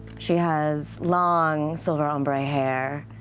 she has long, silver ombre hair,